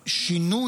וחלילה,